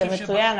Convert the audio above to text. זה מצוין.